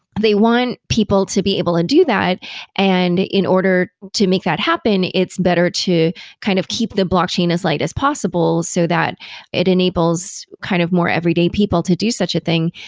they want people to be able to do that and in in order to make that happen, it's better to kind of keep the blockchain as light as possible, so that it enables kind of more everyday people to do such a thing.